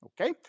Okay